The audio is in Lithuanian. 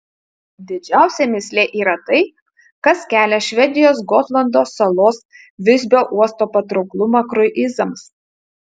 didžiausia mįslė yra tai kas kelia švedijos gotlando salos visbio uosto patrauklumą kruizams